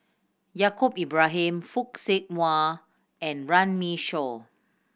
Yaacob Ibrahim Fock Siew Wah and Runme Shaw